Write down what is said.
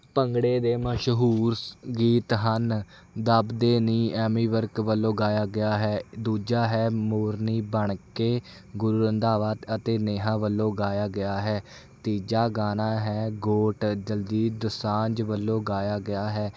ਭੰਗੜੇ ਦੇ ਮਸ਼ਹੂਰ ਗੀਤ ਹਨ ਦੱਬਦੇ ਨਹੀਂ ਐਮੀ ਵਿਰਕ ਵੱਲੋਂ ਗਾਇਆ ਗਿਆ ਹੈ ਦੂਜਾ ਹੈ ਮੋਰਨੀ ਬਣ ਕੇ ਗੁਰੂ ਰੰਧਾਵਾ ਅਤੇ ਨੇਹਾ ਵੱਲੋਂ ਗਾਇਆ ਗਿਆ ਹੈ ਤੀਜਾ ਗਾਣਾ ਹੈ ਗੋਟ ਦਲਜੀਤ ਦੋਸਾਂਝ ਵੱਲੋਂ ਗਾਇਆ ਗਿਆ ਹੈ